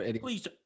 Please